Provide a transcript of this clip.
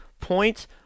points